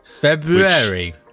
February